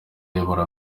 ayobora